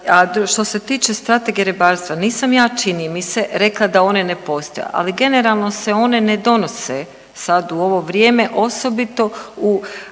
što se tiče Strategije ribarstva nisam ja čini mi se rekla da one ne postoje, ali generalno se one ne donose sad u ovo vrijeme osobito u,